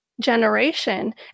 generation